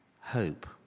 hope